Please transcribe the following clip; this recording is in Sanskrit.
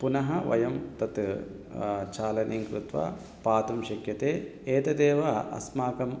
पुनः वयं तत् चालनीं कृत्वा पातुं शक्यते एतदेव अस्माकम्